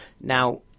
Now